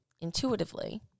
intuitively